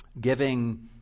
giving